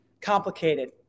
Complicated